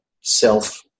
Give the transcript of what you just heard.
self